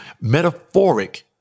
metaphoric